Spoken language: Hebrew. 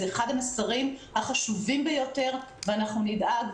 זה אחד המסרים החשובים ביותר ואנחנו נדאג.